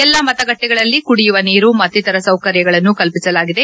ಎಲ್ಲಾ ಮತಗಟ್ಟೆಗಳಲ್ಲಿ ಕುಡಿಯುವ ನೀರು ಮತ್ತಿತರ ಸೌಕರ್ಯಗಳನ್ನು ಕಲ್ಪಿಸಲಾಗಿದೆ